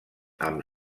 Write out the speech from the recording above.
amb